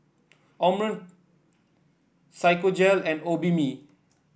Omron Physiogel and Obimin